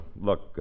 Look